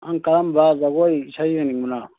ꯑꯪ ꯀꯔꯝꯕ ꯖꯒꯣꯏ ꯏꯁꯩ ꯌꯦꯡꯅꯤꯡꯕꯅꯣ